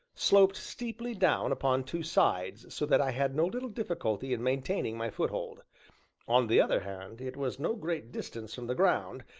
sloped steeply down upon two sides, so that i had no little difficulty in maintaining my foothold on the other hand, it was no great distance from the ground,